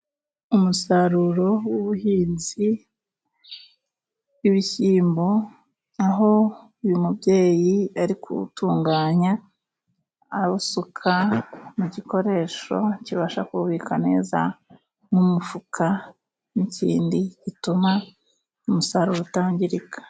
Umusaruro w'ubuhinzi bw'ibishyimbo aho uyu mubyeyi ari kuwutunga awusuka mu gikoresho kibasha kuwubika neza mu mufuka n'ikindi gituma umusaruro utangirika.